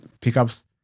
pickups